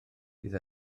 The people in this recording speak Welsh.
bydd